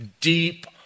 deep